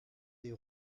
des